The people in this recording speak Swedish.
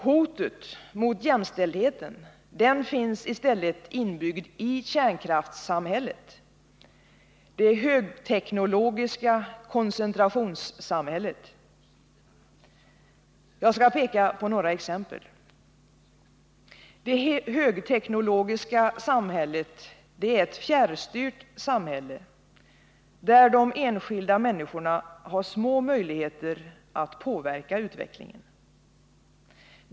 Hotet mot jämställdheten finns i stället inbyggt i kärnkraftssamhället — det högteknologiska koncentrationssamhället. Jag skall peka på några exempel. Det högteknologiska samhället är ett fjärrstyrt samhälle där de enskilda människorna har små möjligheter att påverka utvecklingen.